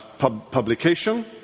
Publication